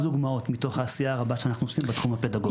דוגמאות מתוך העשייה הרבה שאנחנו עושים בתחום הפדגוגי.